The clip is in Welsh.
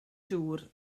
dŵr